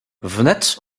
wnet